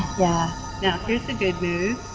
yeah now here is the good news.